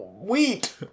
Wheat